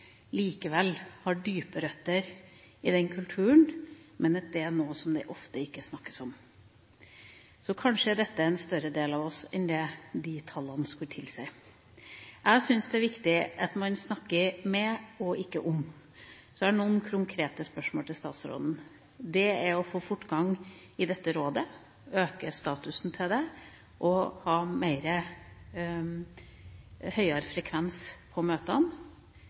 likevel har dype røtter i den kulturen, men at det er noe som det ofte ikke snakkes om. Så kanskje er dette en større del av oss enn det de tallene skulle tilsi. Jeg syns det er viktig at man snakker med og ikke om. Så har jeg noen konkrete spørsmål til statsråden. Det er å få fortgang i dette rådet, øke statusen til det og ha høyere frekvens på møtene.